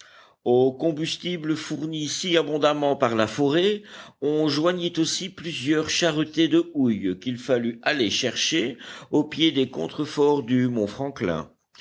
combustible fourni si abondamment par la forêt on joignit aussi plusieurs charretées de houille qu'il fallut aller chercher au pied des contreforts du mont franklin